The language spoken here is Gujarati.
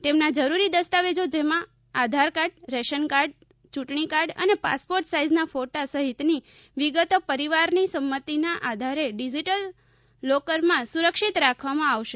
તેમના જરૂરી દસ્તાવેજો જેમાં આધાર કાર્ડ રેશન કાર્ડ ચૂંટણી કાર્ડ અને પાસપોર્ટ સાઇઝના ફોટા સહિતની વિગતો પરિવારની સંમતિના આધારે ડિઝીટલ લોકરમાં સુરક્ષિત રાખવામાં આવશે